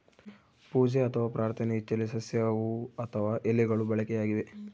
ಪೂಜೆ ಅಥವಾ ಪ್ರಾರ್ಥನೆ ಇಚ್ಚೆಲೆ ಸಸ್ಯ ಹೂವು ಅಥವಾ ಎಲೆಗಳು ಬಳಕೆಯಾಗಿವೆ